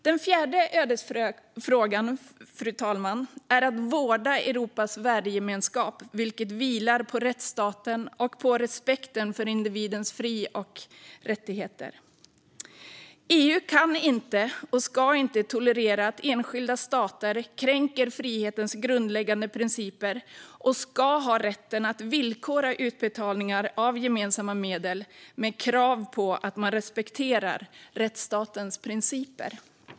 Den fjärde ödesfrågan, fru talman, är att vårda Europas värdegemenskap, som vilar på rättsstaten och på respekten för individens fri och rättigheter. EU kan inte och ska inte tolerera att enskilda stater kränker frihetens grundläggande principer, och EU ska ha rätt att villkora utbetalningar av gemensamma medel med krav på att rättsstatens principer respekteras.